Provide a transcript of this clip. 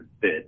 fit